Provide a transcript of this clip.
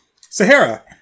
Sahara